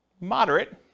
Moderate